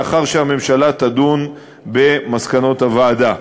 לאחר שהממשלה תדון במסקנות הוועדה.